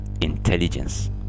Intelligence